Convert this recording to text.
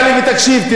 חבר הכנסת אגבאריה,